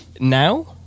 now